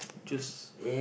choose